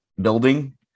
building